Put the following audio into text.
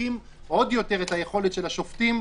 מחזקים עוד יותר את יכולת השופטים,